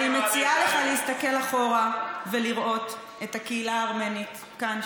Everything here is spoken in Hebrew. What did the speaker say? אני מציעה לך להסתכל אחורה ולראות את הקהילה הארמנית כאן,